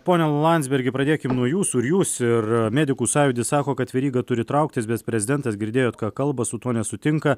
pone landsbergi pradėkim nuo jūsų ir jūs ir medikų sąjūdis sako kad veryga turi trauktis bet prezidentas girdėjot ką kalba su tuo nesutinka